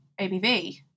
ABV